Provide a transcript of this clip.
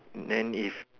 then if